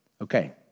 Okay